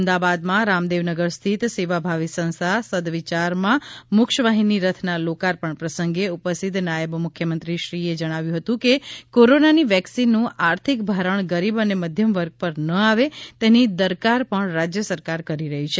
અમદાવાદમાં રામદેવનગર સ્થિત સેવાભાવી સંસ્થા સદવિચારમાં મોક્ષવાહિની રથના લોકાર્પણ પ્રસંગે ઉપસ્થિત નાયબ મુખ્યમંત્રીશ્રીએ જણાવ્યું હતું કે કોરોનાની વેક્સિનનું આર્થિક ભારણ ગરીબ અને મધ્યમવર્ગ પર ન આવે તેની દરકાર પણ રાજ્ય સરકાર કરી રહી છે